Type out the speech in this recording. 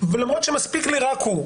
ולמרות שמספיק לי רק הוא,